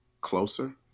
closer